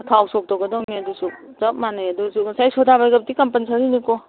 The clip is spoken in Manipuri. ꯊꯥꯎ ꯁꯣꯛ ꯇꯧꯒꯗꯧꯅꯦ ꯑꯗꯨꯁꯨ ꯆꯞ ꯃꯥꯟꯅꯩ ꯑꯗꯨꯁꯨ ꯉꯁꯥꯏ ꯁꯣꯗꯥꯕꯥꯏꯒꯞꯇꯤ ꯀꯝꯄꯜꯁꯔꯤꯅꯤꯀꯣ